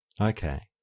Okay